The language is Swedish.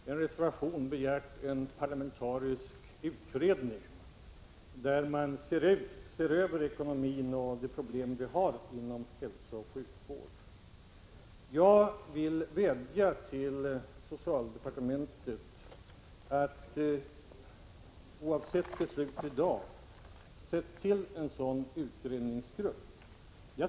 Herr talman! Centerpartiet har i en reservation begärt att en parlamenta 12 november 1986 risk utredning skall se över ekonomin och problemen inom hälso OCh = dm. mms on sjukvården. Jag vill vädja till socialdepartementet att oavsett beslutet i dag sätta till en sådan utredningsgrupp.